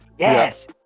Yes